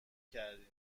کردین